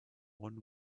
one